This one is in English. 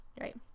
Right